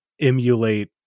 emulate